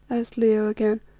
asked leo again,